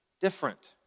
different